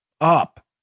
up